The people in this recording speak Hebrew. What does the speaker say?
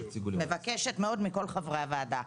מבקשת מאוד מכל חברי הוועדה.